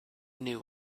knew